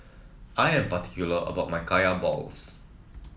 I am particular about my Kaya Balls